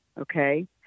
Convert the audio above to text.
okay